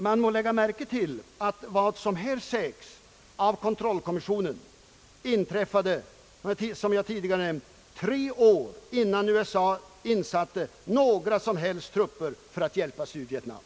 Man må lägga märke till att vad som här återges av internationella kontrollkommissionen inträffade, som jag tidigare nämnt, tre år innan USA insatte några som helst trupper för att hjälpa Sydvietnam.